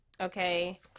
Okay